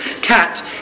cat